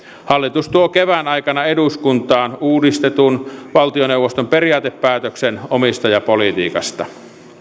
hallitus tuo kevään aikana eduskuntaan uudistetun valtioneuvoston periaatepäätöksen omistajapolitiikasta